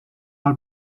will